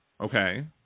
okay